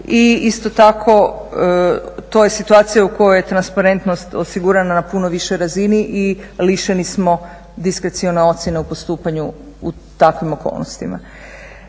isto tako to je situacija u kojoj je transparentnost osigurana na puno višoj razini i lišeni smo diskrecione ocjene u postupanju u takvim okolnostima.